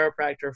chiropractor